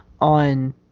on